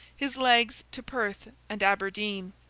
his legs to perth and aberdeen.